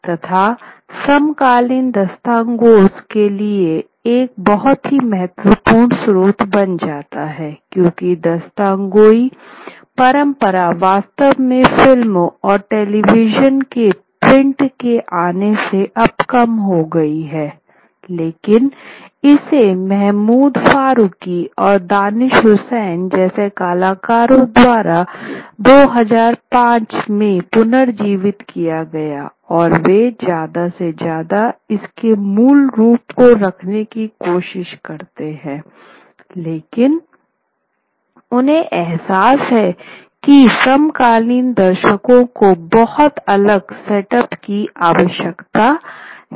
तथा समकालीन दास्तांगोस के लिए एक बहुत ही महत्वपूर्ण स्रोत बन जाता है क्योंकि दास्तानगोई परंपरा वास्तव में फिल्मों और टेलीविजन के प्रिंट के आने से अब कम हो गई है लेकिन इसे महमूद फारूकी और दानिश हुसैन जैसे कलाकारों द्वारा 2005 में पुनर्जीवित किया गया और वे ज्यादा से ज्यादा इसके मूल रूप को रखने की कोशिश करते हैं लेकिन उन्हें एहसास है कि समकालीन दर्शकों को बहुत अलग सेटअप की आवश्यकता है